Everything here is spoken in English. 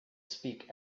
speak